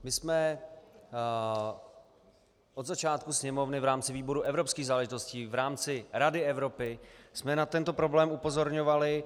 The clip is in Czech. My jsme od začátku Sněmovny v rámci výboru pro evropské záležitosti, v rámci Rady Evropy na tento problém upozorňovali.